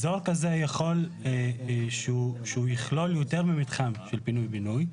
אזור כזה יכול שהוא יכלול יותר ממתחם של פינוי בינוי.